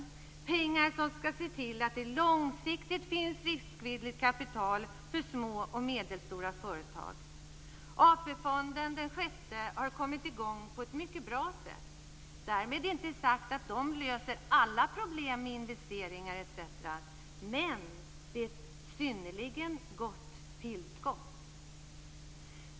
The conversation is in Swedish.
Det är pengar som skall se till att det långsiktigt finns riskvilligt kapital för små och medelstora företag. Den sjätte AP-fonden har kommit i gång på ett mycket bra sätt. Därmed inte sagt att den löser alla problem med investeringar etc. Men den är ett synnerligen gott tillskott.